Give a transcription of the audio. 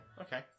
okay